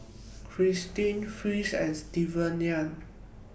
Kristen Fritz and Stevan